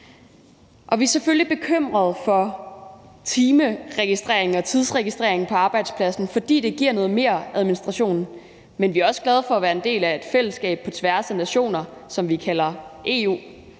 Vi er selvfølgelig bekymrede for timeregistrering og tidsregistrering på arbejdspladsen, fordi det giver noget mere administration, men vi er også glade for at være en del af det fællesskab på tværs af nationer, som vi kalder EU.